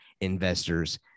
Investors